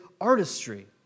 artistry